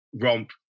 romp